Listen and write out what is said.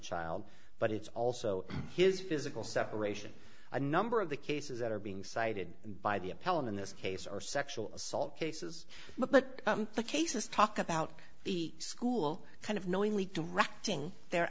child but it's also his physical separation a number of the cases that are being cited by the appellant in this case are sexual assault cases but the cases talk about the school kind of knowingly directing their